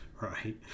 Right